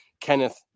Kenneth